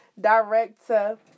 Director